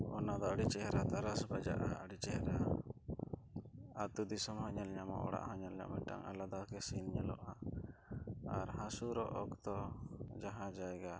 ᱚᱱᱟ ᱫᱚ ᱟᱹᱰᱤ ᱪᱮᱦᱨᱟ ᱛᱟᱨᱟᱥ ᱵᱟᱡᱟᱜᱼᱟ ᱟᱹᱰᱤ ᱪᱮᱦᱨᱟ ᱟᱹᱛᱩ ᱫᱤᱥᱚᱢ ᱦᱚᱸ ᱧᱮᱞ ᱧᱟᱢᱚᱜᱼᱟ ᱚᱲᱟᱜ ᱦᱚᱸ ᱧᱮᱞ ᱧᱟᱢᱚᱜᱼᱟ ᱢᱤᱫᱴᱟᱝ ᱟᱞᱟᱫᱟ ᱜᱮ ᱥᱤᱱ ᱧᱮᱞᱚᱜᱼᱟ ᱟᱨ ᱦᱟᱹᱥᱩᱨᱚᱜ ᱚᱠᱛᱚ ᱡᱟᱦᱟᱸ ᱡᱟᱭᱜᱟ